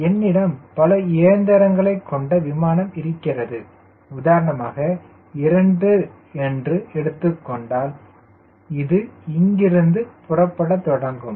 என்னிடம் பல இயந்திரங்களைக் கொண்ட விமானம் இருக்கிறது உதாரணமாக இரண்டு என்று எடுத்துக் கொண்டால் இது இங்கிருந்து புறப்பட தொடங்கும்